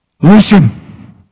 Listen